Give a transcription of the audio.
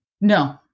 No